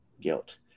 guilt